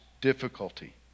difficulty